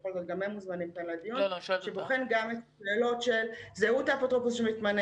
בכל זאת גם הם מוזמנים כאן לדיון של זהות האפוטרופוס שמתמנה,